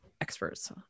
experts